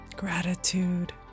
Gratitude